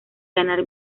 ganar